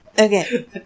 Okay